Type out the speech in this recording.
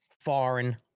foreign